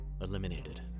eliminated